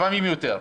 ולפעמים יותר.